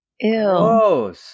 Ew